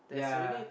yeah